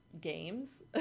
games